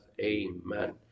Amen